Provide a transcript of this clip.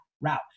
route